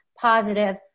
positive